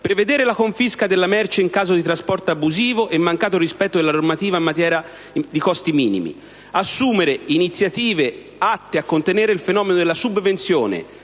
prevedere la confisca della merce in caso di trasporto abusivo e mancato rispetto della normativa in materia di costi minimi; assumere iniziative atte a contenere il fenomeno della subvezione,